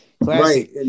Right